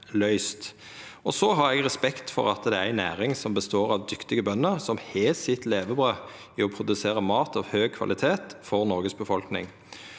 Eg har respekt for at dette er ei næring som består av dyktige bønder som har sitt levebrød i å produsera mat av høg kvalitet til befolkninga